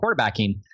quarterbacking